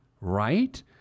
Right